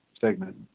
segment